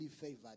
favored